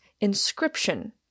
inscription